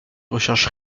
recherches